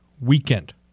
weekend